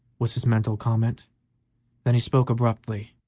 was his mental comment then he spoke abruptly,